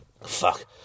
Fuck